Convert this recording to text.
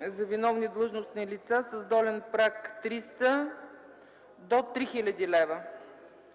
за виновни длъжностни лица с долен праг 300 до 3000 лв.